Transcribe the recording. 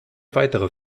weitere